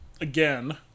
again